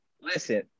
listen